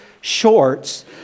shorts